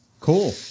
Cool